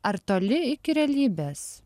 ar toli iki realybės